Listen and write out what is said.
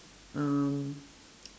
mm